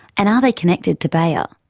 and are they connected to bayer?